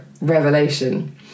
revelation